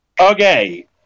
Okay